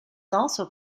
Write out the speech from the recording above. also